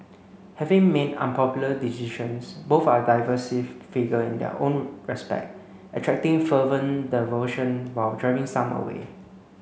having made unpopular decisions both are divisive figure in their own respect attracting fervent devotion while driving some away